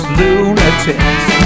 lunatics